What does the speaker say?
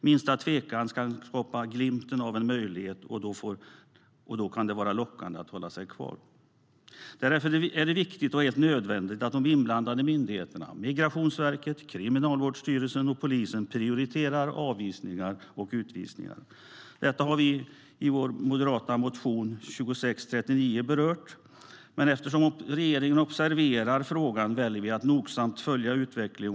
Minsta tvekan kan skapa glimten av en möjlighet, och då kan det vara lockande att hålla sig kvar.< 15:2639. Eftersom regeringen observerar frågan väljer vi att nogsamt följa utvecklingen.